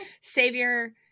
Savior